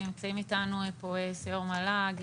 נמצא איתנו פה סיור מל"ג,